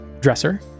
dresser